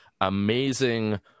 amazing